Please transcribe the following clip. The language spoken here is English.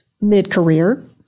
mid-career